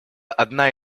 одна